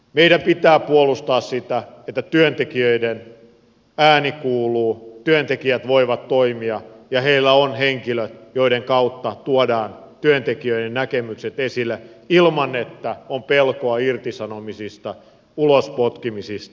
meidän pitää puolustaa sitä että työntekijöiden ääni kuuluu työntekijät voivat toimia ja heillä on henkilö joiden kautta tuodaan työntekijöiden näkemykset esille ilman että on pelkoa irtisanomisista ulospotkimisista